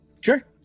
Sure